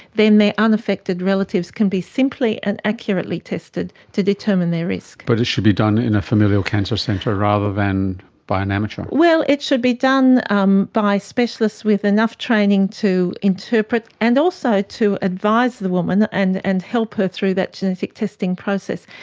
then their unaffected relatives can be simply and accurately tested to determine their risk. but it should be done in a familial cancer centre rather than by an amateur? well, it should be done um by specialists with enough training to interpret and also to advise the woman and and help her through that genetic testing process.